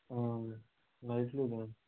मेळटलें थंय